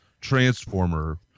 transformer